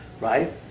right